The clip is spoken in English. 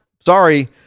sorry